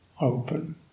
open